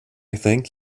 thank